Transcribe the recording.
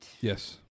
Yes